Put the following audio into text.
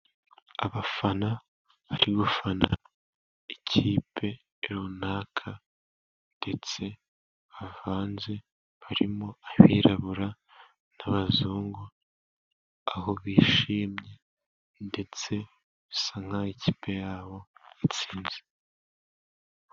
Abafana bari gufana ikipe runaka, ndetse aha hanze harimo abirabura, n'abazungu. Aho bishimye ndetse bisa nk'aho ikipe yabo itsinze.